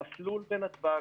הוא